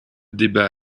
débat